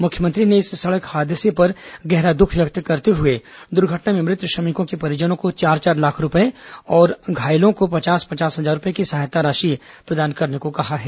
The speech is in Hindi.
मुख्यमंत्री ने इस सड़क हादसे पर गहरा दुख व्यक्त करते हुए दुर्घटना में मृत श्रमिकों के परिजनों को चार चार लाख रूपए और घायलों को पचास पचास हजार रूपए की सहायता राशि प्रदान करने को कहा है